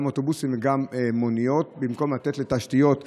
גם לאוטובוסים וגם למוניות במקום לתת לתשתיות לערים.